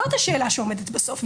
זוהי השאלה שעומדת בסוף.